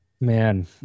Man